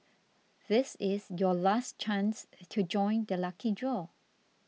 this is your last chance to join the lucky draw